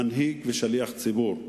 מנהיג ושליח ציבור.